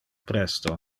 presto